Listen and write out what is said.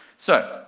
so,